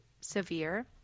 severe